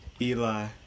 Eli